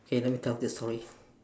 okay let me tell this story